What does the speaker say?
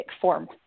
form